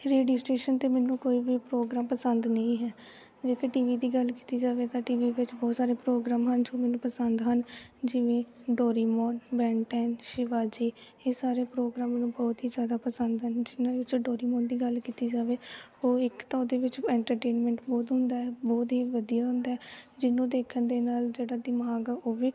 radio station 'ਤੇ ਮੈਨੂੰ ਕੋਈ ਵੀ ਪ੍ਰੋਗਰਾਮ ਪਸੰਦ ਨਹੀਂ ਹੈ ਜੇਕਰ ਟੀ ਵੀ ਦੀ ਗੱਲ ਕੀਤੀ ਜਾਵੇ ਤਾਂ ਟੀ ਵੀ ਵਿੱਚ ਬਹੁਤ ਸਾਰੇ ਪ੍ਰੋਗਰਾਮ ਹਨ ਜੋ ਮੈਨੂੰ ਪਸੰਦ ਹਨ ਜਿਵੇਂ ਡੋਰੀਮੋਨ ਬੈਨ ਟੈਂਨ ਸ਼ਿਵਾਜੀ ਇਹ ਸਾਰੇ ਪ੍ਰੋਗਰਾਮ ਮੈਨੂੰ ਬਹੁਤ ਹੀ ਜ਼ਿਆਦਾ ਪਸੰਦ ਹਨ ਜਿਨ੍ਹਾਂ ਵਿੱਚੋਂ ਡੋਰੀਮੋਨ ਦੀ ਗੱਲ ਕੀਤੀ ਜਾਵੇ ਉਹ ਇੱਕ ਤਾਂ ਉਹਦੇ ਵਿੱਚ ਐਂਟਰਟੇਨਮੈਂਟ ਬਹੁਤ ਹੁੰਦਾ ਹੈ ਬਹੁਤ ਹੀ ਵਧੀਆ ਹੁੰਦਾ ਹੈ ਜਿਹਨੂੰ ਦੇਖਣ ਦੇ ਨਾਲ ਜਿਹੜਾ ਦਿਮਾਗ ਆ ਉਹ ਵੀ